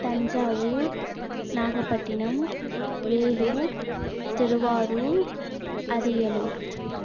Thanjavur Nagapattinam Vellore Thiruvarur Ariyalur